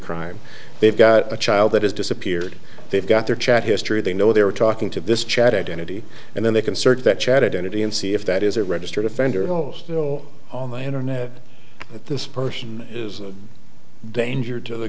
crime they've got a child that has disappeared they've got their chat history they know they're talking to this chat entity and then they can search that chad entity and see if that is a registered offender on the internet that this person is a danger to the